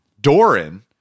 Doran